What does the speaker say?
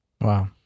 Wow